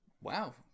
Wow